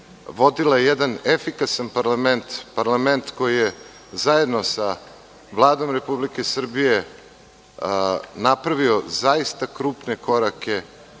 vodila jedan efikasan parlament, parlament koji je zajedno sa Vladom Republike Srbije napravio zaista krupne korake